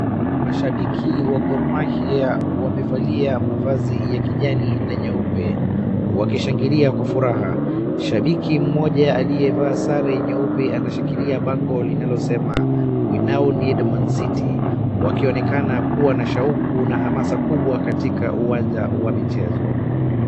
Masahabiki wa Gor Mahia wamevalia mavazi ya kijani na nyeupe, wakishangilia kwa furaha, shabiki mmoja aliyevaa sare nyeupe anashikilia bango linalosema we now need Mancity , wakionekana kuwa na shauku na hamasa kubwa katika uwanja wa michezo.